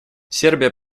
сербия